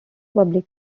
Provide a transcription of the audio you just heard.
public